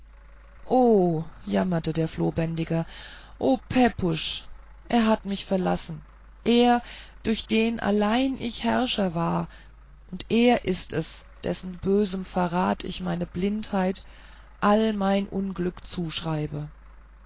o jammerte der flohbändiger o pepusch er hat mich verlassen er durch den allein ich herrscher war und er ist es dessen bösem verrat ich meine blindheit all mein unglück zuschreibe